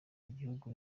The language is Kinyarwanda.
igihugu